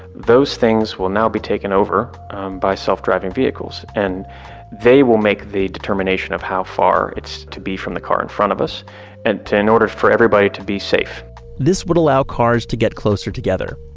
those things will now be taken over by self-driving vehicles and they will make the determination of how far it's to be from the car in front of us and in order for everybody to be safe this would allow cars to get closer together.